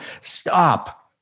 Stop